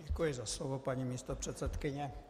Děkuji za slovo, paní místopředsedkyně.